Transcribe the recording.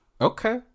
Okay